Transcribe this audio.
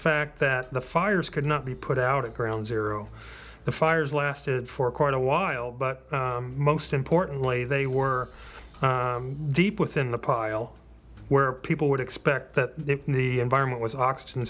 fact that the fires could not be put out at ground zero the fires lasted for quite a while but most importantly they were deep within the pile where people would expect that the environment was oxygen